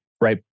right